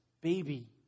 baby